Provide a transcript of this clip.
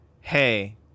Hey